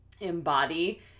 embody